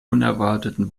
unerwarteten